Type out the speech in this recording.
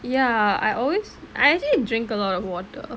ya I always I actually drink a lot of water